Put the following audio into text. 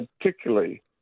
particularly